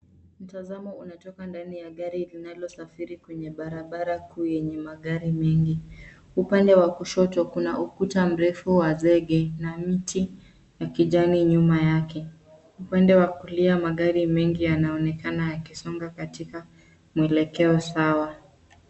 Mtazamo unatoka ndani ya gari linaosafiri kwenye barabara kuu yenye magari mengi. Upande wa kushoto kuna ukuta mrefu wa zege na miti ya kijani nyuma yake. Upande wa kulia magari mengi yanaonekana yakisonga katika mwelekeo sawa.